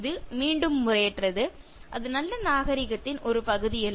அது மீண்டும் முறையற்றது அது நல்ல நாகரீகத்தின் ஒரு பகுதி அல்ல